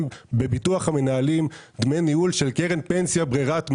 בביטוח המנהלים דמי ניהול של קרן פנסיה ברירת מחדל.